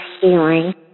healing